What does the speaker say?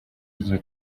izo